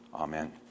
Amen